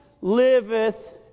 liveth